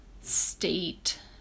state